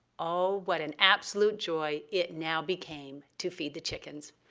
oh, what an absolute joy it now became to feed the chickens!